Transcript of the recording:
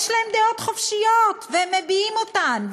יש להם דעות חופשיות והם מביעים אותן,